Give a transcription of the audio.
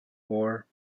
four